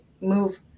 move